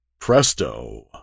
presto